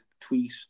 tweet